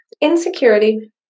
insecurity